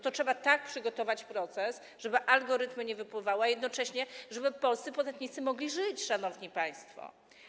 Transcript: Trzeba tak przygotować proces, żeby algorytmy nie wypływały, a jednocześnie żeby polscy podatnicy mogli żyć, szanowni państwo.